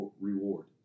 reward